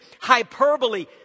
hyperbole